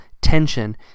tension